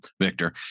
Victor